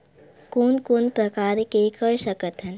कोन कोन प्रकार के कर सकथ हन?